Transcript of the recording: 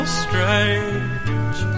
strange